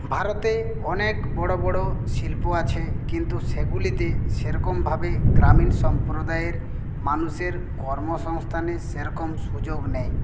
ভারতে অনেক বড়ো বড়ো শিল্প আছে কিন্তু সেগুলিতে সেরকমভাবে গ্রামীণ সম্প্রদায়ের মানুষের কর্মসংস্থানের সেরকম সুযোগ নেই